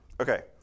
Okay